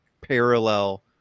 parallel